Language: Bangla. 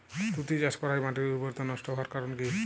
তুতে চাষ করাই মাটির উর্বরতা নষ্ট হওয়ার কারণ কি?